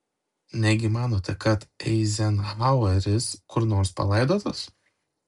negi manote kad eizenhaueris kur nors palaidotas